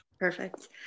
Perfect